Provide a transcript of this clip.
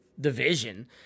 division